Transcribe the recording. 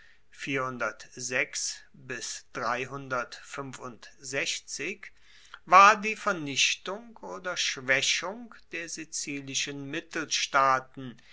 war die vernichtung oder schwaechung der sizilischen mittelstaaten